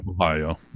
ohio